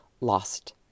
lost